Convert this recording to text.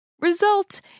Result